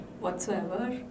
whatsoever